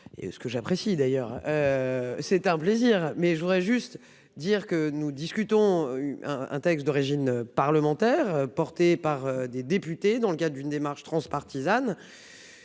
ce que j'apprécie d'ailleurs. C'est un plaisir mais je voudrais juste dire que nous discutons un un texte d'origine parlementaire, porté par des députés, dans le cas d'une démarche transpartisane.